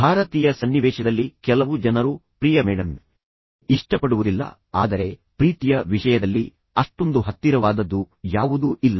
ಭಾರತೀಯ ಸನ್ನಿವೇಶದಲ್ಲಿ ಕೆಲವು ಜನರು ಪ್ರಿಯ ಮೇಡಂ ಅವರನ್ನು ಇಷ್ಟಪಡುವುದಿಲ್ಲ ಆದರೆ ಪ್ರೀತಿಯ ವಿಷಯದಲ್ಲಿ ಅಷ್ಟೊಂದು ಹತ್ತಿರವಾದದ್ದು ಯಾವುದೂ ಇಲ್ಲ